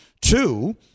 Two